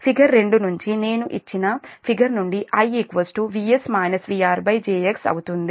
figure 2 నుండి నేను ఇచ్చిన ఫిగర్ నుండి I VS VR jx అవుతుంది